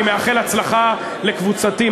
אני מאחל הצלחה לקבוצתי,